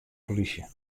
polysje